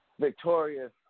victorious